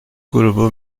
grubu